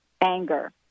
anger